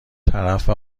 طرف